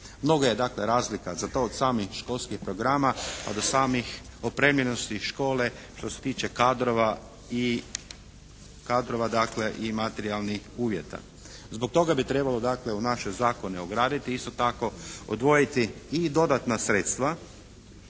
Mnogo je dakle razlika za to od samih školskih programa, pa do samih opremljenosti škole što se tiče kadrova dakle i materijalnih uvjeta. Zbog toga bi trebalo dakle u naše zakone ograditi i isto tako odvojiti i dodatna sredstva